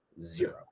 zero